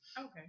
Okay